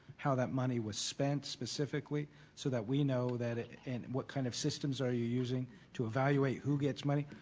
how that money was spent specifically so that we know that it and what kind of systems are you using to evaluate who gets money